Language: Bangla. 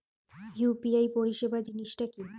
ইউ.পি.আই পরিসেবা জিনিসটা কি?